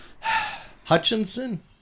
Hutchinson